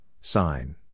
sign